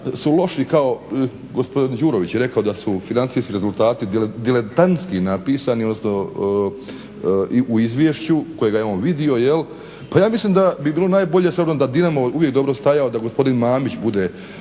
su loši kao gospodin Đurović je rekao da su financijski rezultati diletantski napisani, odnosno u izvješću kojega je on vidio. Pa ja mislim da bi bilo najbolje s obzirom da je Dinamo uvijek dobro stajao, da gospodin Mamić bude